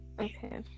Okay